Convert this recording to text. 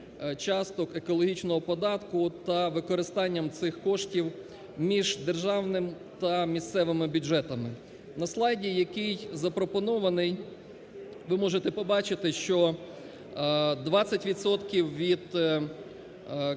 часток екологічного податку та використанням цих коштів між державним та місцевими бюджетами. На слайді, який запропонований, ви можете побачити, що 20 відсотків